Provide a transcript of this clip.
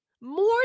More